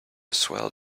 swell